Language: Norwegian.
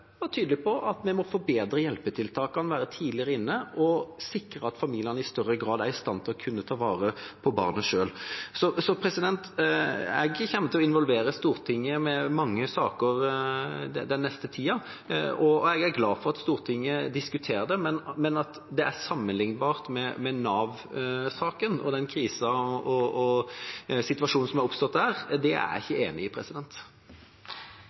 var også tydelige på at vi må forbedre hjelpetiltakene, være tidligere inne og sikre at familiene i større grad er i stand til å kunne ta vare på barna selv. Jeg kommer til å involvere Stortinget, med mange saker, den nærmeste tida, og jeg er glad for at Stortinget diskuterer det. Men at det er sammenlignbart med Nav-saken og den krisa og situasjonen som er oppstått der, er jeg ikke enig i.